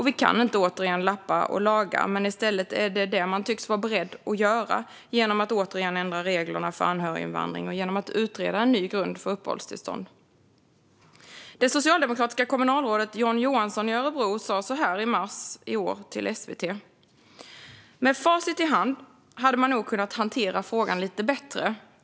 Vi kan inte återigen lappa och laga. Men i stället är det detta man tycks vara beredd att göra, genom att återigen ändra reglerna för anhöriginvandring och genom att utreda en ny grund för uppehållstillstånd. Det socialdemokratiska kommunalrådet John Johansson i Örebro sa så här i mars i år till SVT: "Med facit i hand hade man nog kunnat hantera frågan lite bättre .